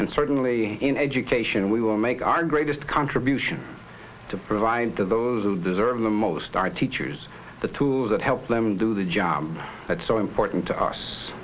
and certainly in education we will make our greatest contribution to provide to those who deserve the most our teachers the tools that help them do the job that's so important to us